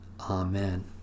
Amen